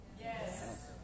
Yes